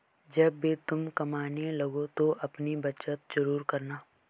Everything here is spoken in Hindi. जब भी तुम कमाने लगो तो अपनी बचत जरूर करना